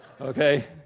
Okay